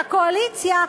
הקואליציה,